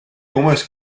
almost